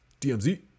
DMZ